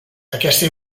aquesta